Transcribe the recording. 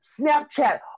Snapchat